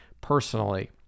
personally